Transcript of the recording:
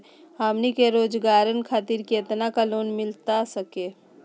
हमनी के रोगजागर खातिर कितना का लोन मिलता सके?